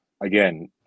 again